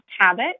habit